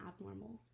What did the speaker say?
abnormal